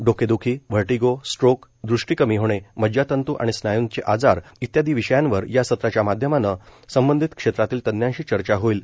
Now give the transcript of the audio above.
डोकेद्खी vertigo stroke ृष्टी कमी होणे मज्जातंत् आणि स्नायूंचे आजार इत्यादी विषयांवर या सत्रांच्या माध्यमानं संबंधित क्षेत्रातील तज्ज्ञांशी चर्चा होईल